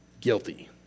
guilty